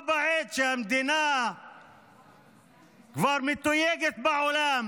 בה בעת שהמדינה כבר מתויגת בעולם